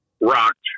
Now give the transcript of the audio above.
rocked